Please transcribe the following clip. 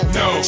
no